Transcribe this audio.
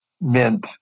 meant